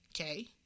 okay